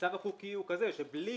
המצב החוקי הוא זה: בלי